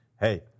hey